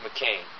McCain